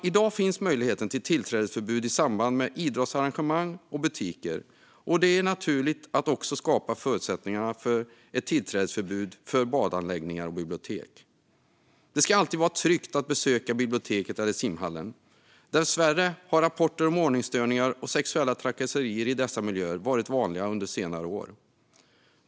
I dag finns möjlighet till tillträdesförbud i samband med idrottsarrangemang och till butiker. Det är naturligt att skapa förutsättningar för ett tillträdesförbud även för badanläggningar och bibliotek. Det ska alltid vara tryggt att besöka biblioteket eller simhallen. Dessvärre har rapporterna om ordningsstörningar och sexuella trakasserier i dessa miljöer varit vanliga under senare år.